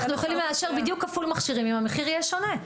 יכולים לאשר בדיוק כפול מכשירים אם המחיר יהיה שונה.